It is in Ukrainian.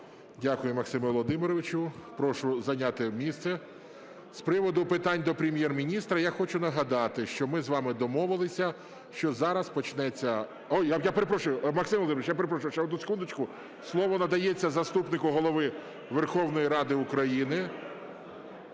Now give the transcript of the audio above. Дякую, Максиме Володимировичу. Прошу зайняти місце. З приводу питань до Прем’єр-міністра я хочу нагадати, що ми з вами домовилися, що зараз почнеться… Я перепрошую, Максим Володимирович, я перепрошую, ще одну секундочку. Слово надається заступнику Голови Верховної Ради України